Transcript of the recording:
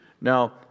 Now